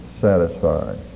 satisfied